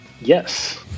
Yes